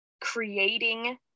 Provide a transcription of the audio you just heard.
creating